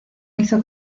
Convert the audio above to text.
hizo